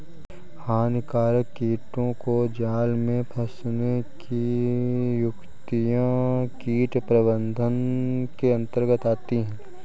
हानिकारक कीटों को जाल में फंसने की युक्तियां कीट प्रबंधन के अंतर्गत आती है